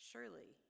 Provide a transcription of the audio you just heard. Surely